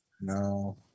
no